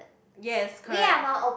yes correct